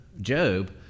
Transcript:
Job